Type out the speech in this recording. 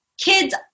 kids